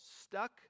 stuck